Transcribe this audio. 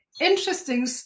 interesting